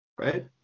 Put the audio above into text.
right